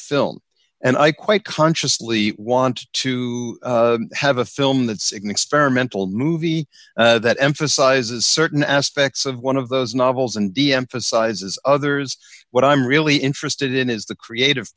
film and i quite consciously want to have a film that signets term mental movie that emphasizes certain aspects of one of those novels and deemphasize as others what i'm really interested in is the creative